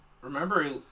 Remember